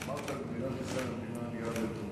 אמרת שמדינת ישראל היא המדינה הענייה ביותר.